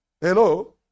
Hello